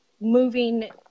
moving